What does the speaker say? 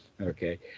Okay